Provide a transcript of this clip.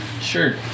Sure